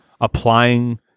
applying